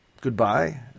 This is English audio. goodbye